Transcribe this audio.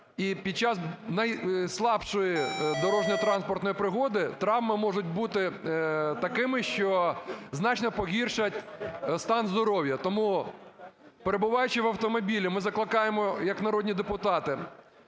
і під час найслабшої дорожньо-транспортної пригоди травми можуть бути таким, що значно погіршать стан здоров'я. Тому, перебуваючи в автомобілі, ми закликаємо як народні депутати